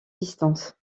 distance